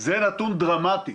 זה נתון דרמטי.